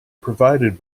provided